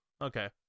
Okay